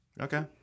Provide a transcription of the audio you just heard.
Okay